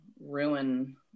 ruin